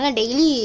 daily